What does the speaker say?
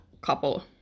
couple